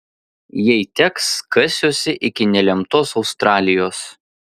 jei teks kasiuosi iki nelemtos australijos